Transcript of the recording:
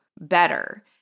better